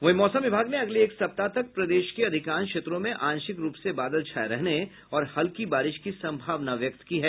वहीं मौसम विभाग ने अगले एक सप्ताह तक प्रदेश के अधिकांश क्षेत्रों में आंशिक रूप से बादल छाये रहने और हल्की बारिश की संभावना व्यक्त की है